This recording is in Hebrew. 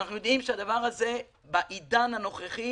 ואנחנו יודעים שבעידן הנוכחי